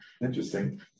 Interesting